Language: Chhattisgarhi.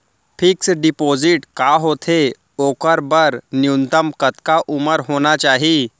फिक्स डिपोजिट का होथे ओखर बर न्यूनतम कतका उमर होना चाहि?